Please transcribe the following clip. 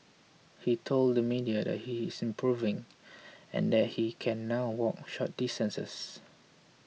he told the media that he is improving and that he can now walk short distances